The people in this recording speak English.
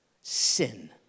Sin